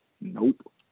Nope